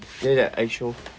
ya ya I show